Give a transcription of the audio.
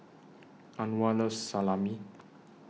Anwar loves Salami